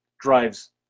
drives